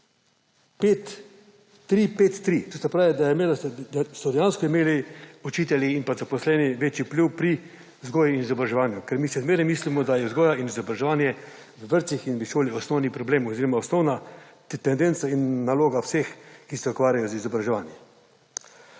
bil 3:5:3, to se pravi, da so dejansko imeli učitelji in zaposleni večji vpliv pri vzgoji in izobraževanju, ker mi še zmeraj mislimo, da je vzgoja in izobraževanje v vrtcih in v šoli osnovni problem oziroma osnovna tendenca in naloga vseh, ki se ukvarjajo z izobraževanjem.